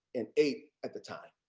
and eight at the time.